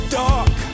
dark